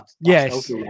Yes